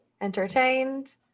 entertained